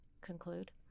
conclude